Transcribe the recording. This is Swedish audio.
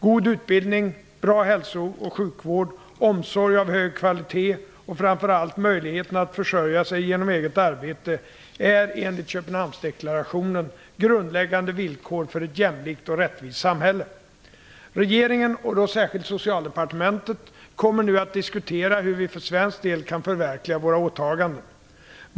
God utbildning, bra hälso och sjukvård, omsorg av hög kvalitet och framför allt möjligheten att försörja sig genom eget arbete är enligt Köpenhamnsdeklarationen grundläggande villkor för ett jämlikt och rättvist samhälle. Regeringen, och då särskilt Socialdepartementet, kommer nu att diskutera hur vi för svensk del kan förverkliga våra åtaganden.